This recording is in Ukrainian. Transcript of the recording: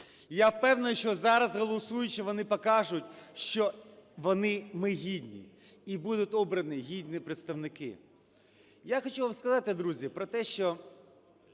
Я впевнений, що зараз, голосуючи, вони покажуть, що вони, ми гідні і будуть обрані гідні представники. Я хочу вам сказати, друзі, про те, що